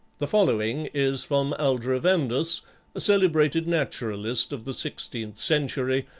the following is from aldrovandus, a celebrated naturalist of the sixteenth century,